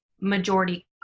majority